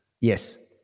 Yes